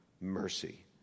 mercy